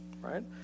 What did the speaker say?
right